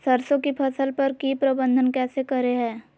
सरसों की फसल पर की प्रबंधन कैसे करें हैय?